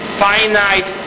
finite